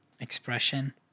expression